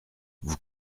vous